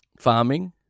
Farming